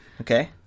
Okay